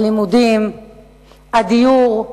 הלימודים, הדיור,